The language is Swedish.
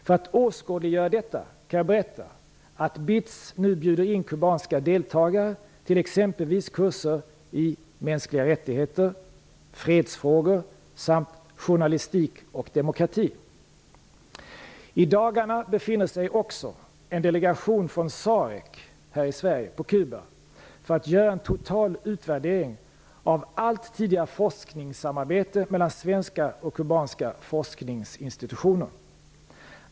För att åskådliggöra detta kan jag berätta att BITS nu bjuder in kubanska deltagare till exempelvis kurser i mänskliga rättigheter, fredsfrågor samt journalistik och demokrati. I dagarna befinner sig också en delegation från SAREC här i Sverige på Kuba för att göra en total utvärdering av allt tidigare forskningssamarbete mellan svenska och kubanska forskningsinstitutioner.